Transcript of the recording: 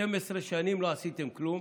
12 שנים לא עשיתם כלום.